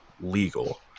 legal